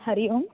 Hari Om